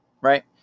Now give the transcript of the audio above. right